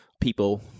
people